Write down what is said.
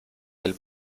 del